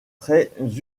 très